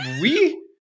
we-